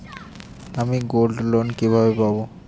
আমি গোল্ডলোন কিভাবে পাব?